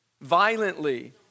Violently